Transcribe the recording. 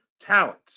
talent